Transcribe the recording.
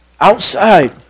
Outside